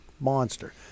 monster